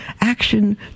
action